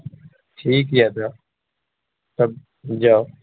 ठीक यऽ तऽ तब जाउ